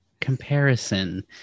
comparison